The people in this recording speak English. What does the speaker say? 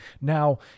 Now